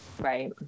Right